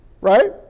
right